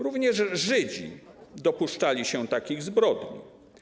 Również Żydzi dopuszczali się takich zbrodni.